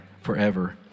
Forever